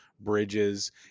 bridges